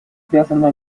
связана